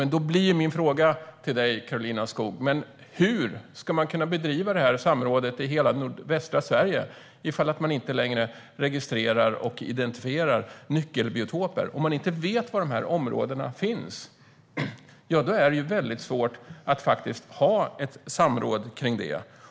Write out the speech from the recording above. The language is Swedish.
Men då blir min fråga till Karolina Skog: Hur ska man kunna bedriva samrådet i hela nordvästra Sverige ifall man inte längre identifierar och registrerar nyckelbiotoper? Om man inte vet var de områdena finns är det väldigt svårt att ha ett samråd kring det.